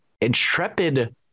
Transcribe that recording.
intrepid